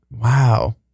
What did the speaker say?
wow